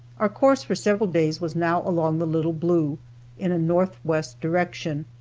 our course for several days was now along the little blue in a northwest direction,